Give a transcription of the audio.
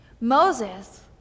Moses